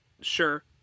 Sure